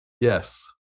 Yes